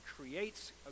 creates